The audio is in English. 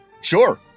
Sure